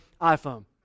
iPhone